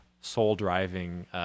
soul-driving